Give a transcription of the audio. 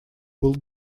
был